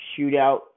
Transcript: shootout